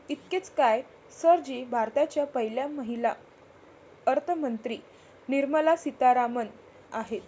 इतकेच काय, सर जी भारताच्या पहिल्या महिला अर्थमंत्री निर्मला सीतारामन आहेत